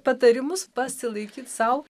patarimus pasilaikyt sau